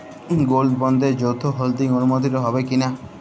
Gold বন্ডে যৌথ holding অনুমোদিত হবে কিনা?